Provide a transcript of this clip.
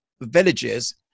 villages